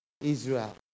Israel